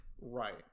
right